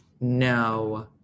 No